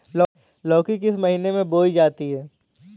लौकी किस महीने में बोई जाती है?